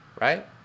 right